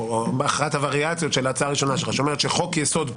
אחת הווריאציות של ההצעה הראשונה שלך שאומרת שחוק יסוד,